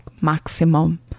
maximum